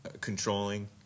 controlling